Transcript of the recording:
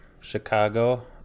Chicago